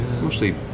Mostly